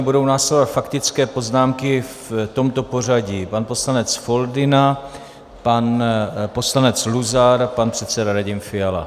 Budou následovat faktické poznámky v tomto pořadí: pan poslanec Foldyna, pan poslanec Luzar, pan předseda Radim Fiala.